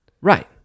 right